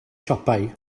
siopau